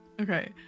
Okay